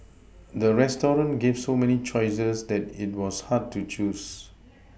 the restaurant gave so many choices that it was hard to choose